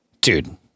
Dude